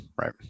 right